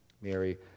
Mary